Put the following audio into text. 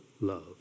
love